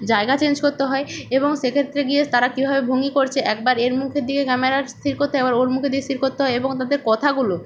জায়গা চেঞ্জ করতে হয় এবং সেক্ষেত্রে গিয়ে তারা কীভাবে ভঙ্গি করছে একবার এর মুখের দিকে ক্যামেরা স্থির করতে হয় একবার ওর মুখের দিকে স্থির করতে হয় এবং তাদের কথাগুলো